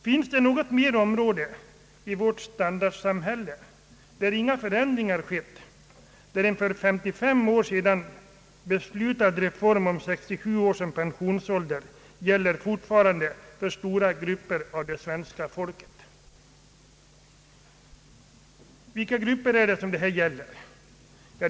Finns det något mer område i vårt standardsamhälle där inga förändringar skett, där en för 55 år sedan beslutad reform om 67 år som pensionsålder fortfarande gäller för stora grupper av det svenska folket? Vilka grupper är det som det här rör sig om?